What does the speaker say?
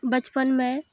बचपन में